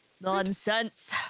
Nonsense